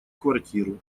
квартиру